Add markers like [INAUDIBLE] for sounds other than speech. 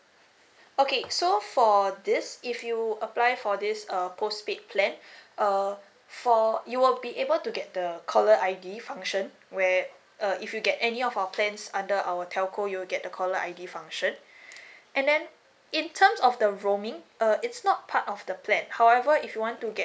okay so for this if you apply for this err postpaid plan [BREATH] uh for you will be able to get the caller I_D function where uh if you get any of our plans under our telco you'll get the caller I_D function [BREATH] and then in terms of the roaming err it's not part of the plan however if you want to get